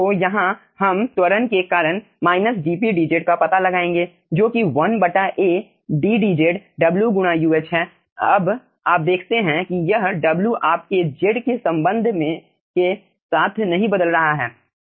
तो वहाँ हम त्वरण के कारण dpdz का पता लगाएंगे जो कि 1A ddz W गुणा Uh है अब आप देखते हैं कि यह W आपके Z के संबंध में के साथ नहीं बदल रहा है